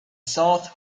south